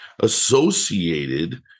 associated